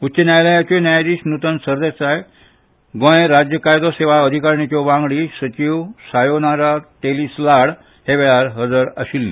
उच्च न्यायालयाच्यो न्यायाधीश नुतन सरदेसाय गोंय राज्य कायदो सेवा अधिकारिणीच्यो वांगडी सोमकारा तेलीस लाड ह्या वेळार हाजीर आशिल्ले